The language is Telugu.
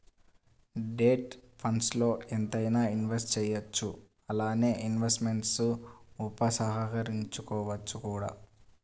డెట్ ఫండ్స్ల్లో ఎంతైనా ఇన్వెస్ట్ చేయవచ్చు అలానే ఇన్వెస్ట్మెంట్స్ను ఉపసంహరించుకోవచ్చు కూడా